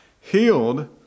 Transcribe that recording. healed